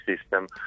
system